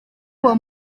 uwo